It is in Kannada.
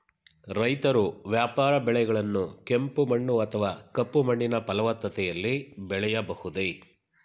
ರೈತರು ವ್ಯಾಪಾರ ಬೆಳೆಗಳನ್ನು ಕೆಂಪು ಮಣ್ಣು ಅಥವಾ ಕಪ್ಪು ಮಣ್ಣಿನ ಫಲವತ್ತತೆಯಲ್ಲಿ ಬೆಳೆಯಬಹುದೇ?